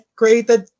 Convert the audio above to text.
created